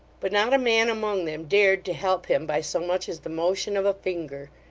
but not a man among them dared to help him by so much as the motion of a finger.